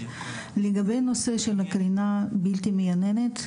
לגבי הנושא של הקרינה הבלתי מייננת,